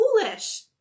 foolish